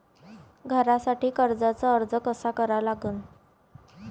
घरासाठी कर्जाचा अर्ज कसा करा लागन?